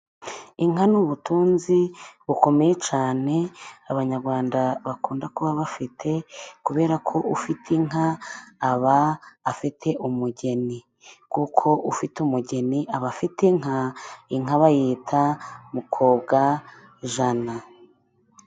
Inka ni ubutunzi bukomeye cyane, Abanyarwanda bakunda kuba bafite, kubera ko ufite inka aba afite umugeni, kuko ufite umugeni aba afite inka, inka bayita Mukobwajana.